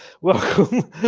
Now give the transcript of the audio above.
Welcome